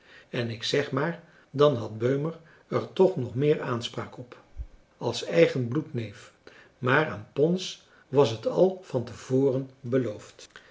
en ik zeg maar dan had beumer er toch nog meer aanspraak op als eigen bloedneef maar aan pons was het al van te voren beloofd